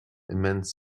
immense